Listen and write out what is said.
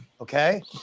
okay